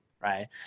Right